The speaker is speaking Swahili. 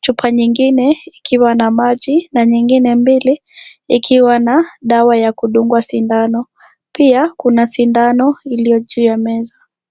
chupa nyingine ikiwa na maji na nyingine mbili ikiwa na dawa ya kudungwa sindano. Pia kuna sindano iliyo juu ya meza.